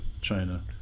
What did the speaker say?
China